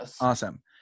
awesome